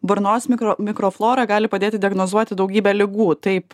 burnos mikro mikroflora gali padėti diagnozuoti daugybę ligų taip